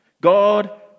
God